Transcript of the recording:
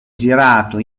girato